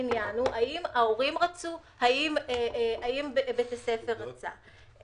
העניין הוא האם ההורים רצו או האם בית הספר רצה?